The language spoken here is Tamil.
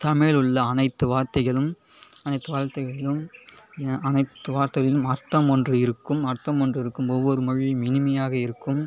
தமிழில் உள்ள அனைத்து வார்த்தைகளும் அனைத்து வார்த்தைகளும் அனைத்து வார்த்தைகளும் அர்த்தம் ஒன்று இருக்கும் அர்த்தம் ஒன்று இருக்கும் ஒவ்வொரு மொழியும் இனிமையாக இருக்கும்